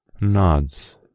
Nods